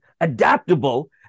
adaptable